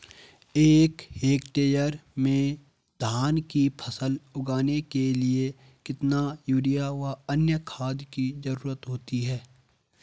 एक हेक्टेयर में धान की फसल उगाने के लिए कितना यूरिया व अन्य खाद की जरूरत होती है?